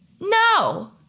No